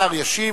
השר ישיב,